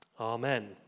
Amen